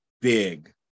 big